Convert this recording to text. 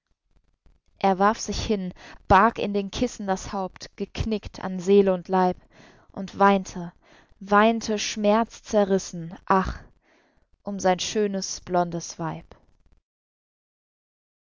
er warf sich hin barg in den kissen das haupt geknickt an seel und leib und weinte weinte schmerzzerrissen ach um sein schönes blondes weib